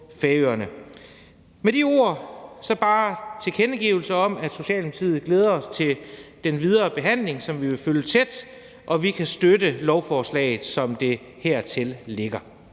Med de ord vil jeg bare tilkendegive, at vi i Socialdemokratiet glæder os til den videre behandling, som vi vil følge tæt, og vi kan støtte lovforslaget, som det ligger